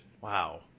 Wow